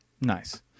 nice